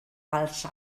pels